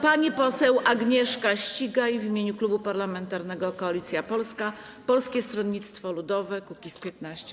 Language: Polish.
Pani poseł Agnieszka Ścigaj w imieniu Klubu Parlamentarnego Koalicja Polska - Polskie Stronnictwo Ludowe - Kukiz15.